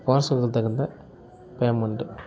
parcel கொடுத்தவுங்கிட்ட payment